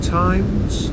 times